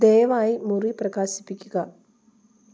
ദയവായി മുറി പ്രകാശിപ്പിക്കുക